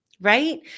right